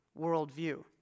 worldview